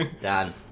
Done